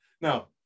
now